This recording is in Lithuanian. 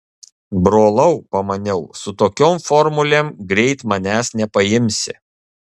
brolau pamaniau su tokiom formulėm greit manęs nepaimsi